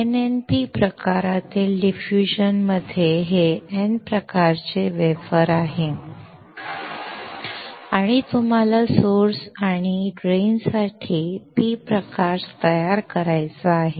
NNP प्रकारातील diffusion मध्ये हे N प्रकारचे वेफर आहे आणि तुम्हाला स्त्रोत आणि निचरा साठी P प्रकार तयार करायचा आहे